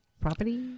property